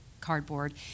cardboard